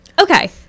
okay